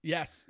Yes